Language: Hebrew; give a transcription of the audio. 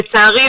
לצערי,